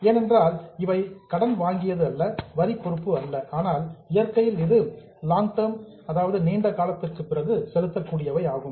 ஏனென்றால் இவை கடன் வாங்கியது அல்ல வரி பொறுப்பு அல்ல ஆனால் இயற்கையில் இது லாங் டெர்ம் நீண்ட காலத்திற்குப் பிறகு செலுத்தக்கூடியவை ஆகும்